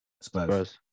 Spurs